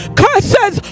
curses